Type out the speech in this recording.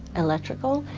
electrical,